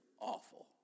awful